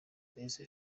mbese